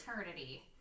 eternity